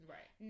Right